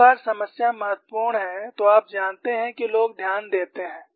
एक बार समस्या महत्वपूर्ण है तो आप जानते हैं कि लोग ध्यान देते हैं